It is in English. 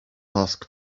ask